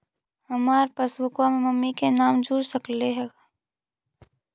हमार पासबुकवा में मम्मी के भी नाम जुर सकलेहा?